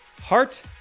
heart